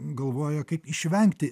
galvoja kaip išvengti